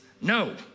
no